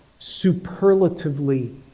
superlatively